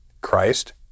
Christ